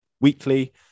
weekly